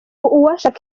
uwashaka